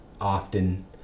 often